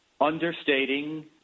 understating